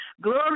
Glory